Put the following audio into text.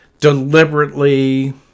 deliberately